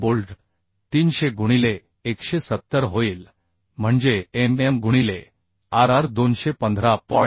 1 bolt 300 गुणिले 170 होईल म्हणजे MM गुणिले rr 215